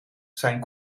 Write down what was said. zijn